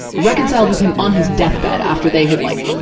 reconciled with him on his deathbed, after they had, like,